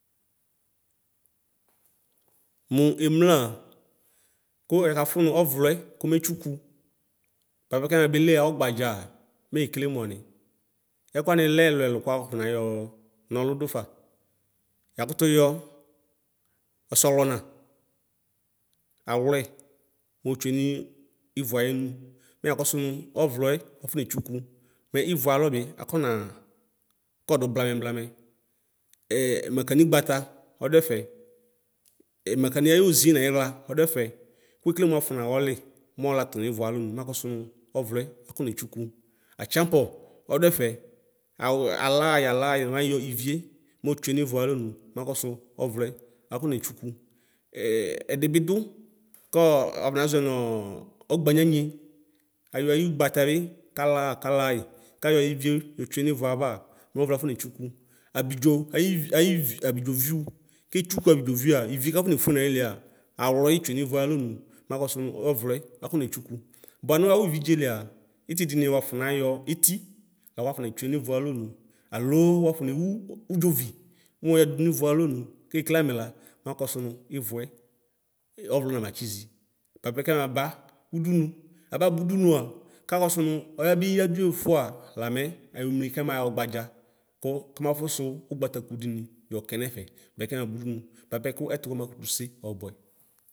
Nu emlǝa, ku ɛkafu nu ɔvlɔɛ kometsuku bapɛ kɛmabeli ɣa ɔgbadza a mɛ yekele muani? Ɛkuwanilɛ elielo kuafonayo nolu dufa yakutuyo osoɣlɔna: aɣlɔɛ mootsue nu ivuɛ ayemu meyakosu nu ovloe aginetsuku me ivueaalobi akonaa Kodu blame blame. E mǝkǝnigbata oduefe. Mekeniɛ ayozie nayiɣla ɔduɛfɛ, kuekele mɛ wuafonawoli moolatu nivuealonu, makosu nu ovloe akone tsuku, atsaŋpɔ ɔduɛfɛ; aɔ alaɣayi alaɣayi mayɔ ivie motsue nivualɔnu makosu ovloe akometsuku. edibidu kɔɔ ɔfonazoe noo ɔgbanyanyi: ayoayugbataɛ bi kalaɣayi kayɔayivie yotsue nivuɛ ava mɔvlɔ afone tsuku. Abidzo ayi ayi abidzoviu, ketsuku abidzoviua ivie kafonefue nayiliea, aɣlɔyitsue nivuɛalɔnu, makɔsu nu ovloe nafonetsuku. Bua nu awu ividzelia itidina wuafɔne yo eti laku wafonetsu nivuɛ alɔnu, aloo wuafonewu udzovi mu wodu nivuɛalɔnu kekele amɛla makɔsu ivuɛ e. Ɔvlɔ nalatsiʒi; bapɛ kɛmaba udunu. Ababudunua, kakɔsu nu ɔyabeyǝduie ufuaa lamɛ ayomli kɛmaɣɔgbadza ku kamafusi ugbataku dini yɔkɛ nɛfɛ me kɛmabudunu bapɛ ku ɛtu kɔma kutuse ɔbuɛ.